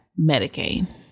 Medicaid